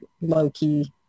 low-key